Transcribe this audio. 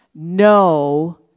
No